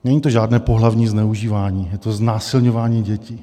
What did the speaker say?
Není to žádné pohlavní zneužívání, je to znásilňování dětí.